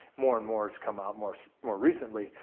more and more has come out more more recently.